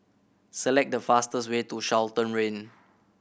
select the fastest way to Charlton Rane